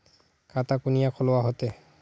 खाता कुनियाँ खोलवा होते?